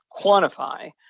quantify